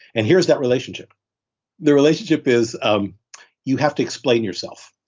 and here's that relationship the relationship is um you have to explain yourself,